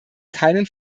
keinen